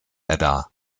edda